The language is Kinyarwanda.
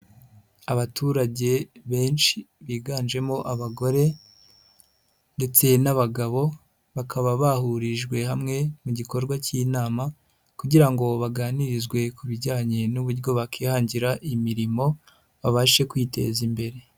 Abaturage benshi biganjemo abagore ndetse n'abagabo, bakaba bahurijwe hamwe mu gikorwa cy'inama kugira ngo baganirizwe ku bijyanye n'uburyo bakihangira imirimo, babashe kwiteza imbere.